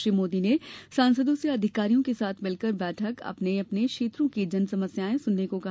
श्री मोदी ने सांसदों से अधिकारियों के साथ मिल बैठकर अपने अपने क्षेत्रों की जन समस्याएं सुनने को भी कहा